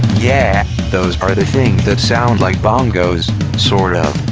yeah, those are the things that sound like bongos sort of.